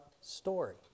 story